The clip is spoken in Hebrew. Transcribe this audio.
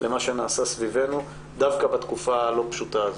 למה שנעשה סביבנו דווקא בתקופה הלא פשוטה הזאת,